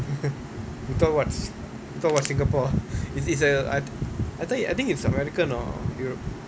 you thought what sin~ you thought what singapore ah it is a I I think I think it's american or europe